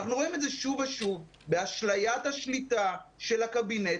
אנחנו רואים את זה שוב ושוב באשליית השליטה של הקבינט